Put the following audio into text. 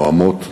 הנואמות,